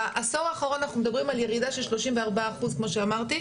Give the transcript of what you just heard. בעשור האחרון אנחנו מדברים על ירידה של 34 אחוז כמו שאמרתי.